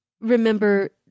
remember